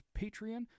Patreon